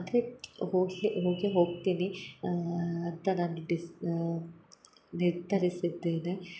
ಅಂದರೆ ಹೋಗೆ ಹೋಗೇ ಹೋಗ್ತೀನಿ ಅಂತ ನಾನು ಡಿಸ್ ನಿರ್ಧರಿಸಿದ್ದೇನೆ